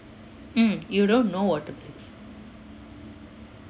mm you don't know what it brings